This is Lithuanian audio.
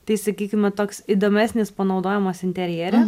tai sakykime toks įdomesnis panaudojimas interjere